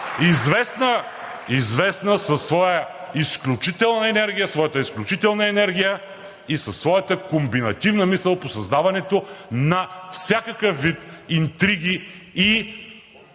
известна със своята изключителна енергия и със своята комбинативна мисъл по създаването на всякакъв вид интриги и